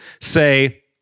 say